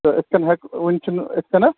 تہٕ یِتھٕ کٔنۍ ہٮ۪کو وُنہِ چھُنہٕ یِتھٕ کٔنٮ۪تھ